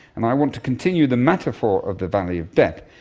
and i want to continue the metaphor of the valley of death,